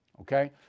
okay